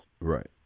right